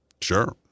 Sure